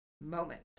moment